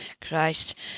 Christ